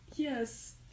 Yes